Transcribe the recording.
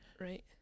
Right